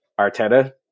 Arteta